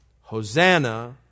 Hosanna